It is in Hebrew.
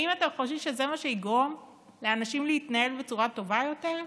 האם אתם חושבים שזה מה שיגרום לאנשים להתנהל בצורה טובה יותר?